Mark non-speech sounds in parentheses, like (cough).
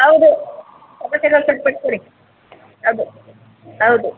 ಹೌದು (unintelligible) ಸರಿಪಡ್ಸ್ಕೊಳಿ ಹೌದು ಹೌದು